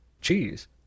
cheese